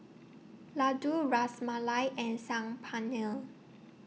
Ladoo Ras Malai and Saag Paneer